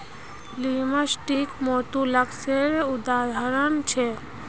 लिमस कीट मौलुसकासेर उदाहरण छीके